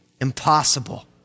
impossible